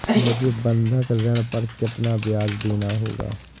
मुझे बंधक ऋण पर कितना ब्याज़ देना होगा?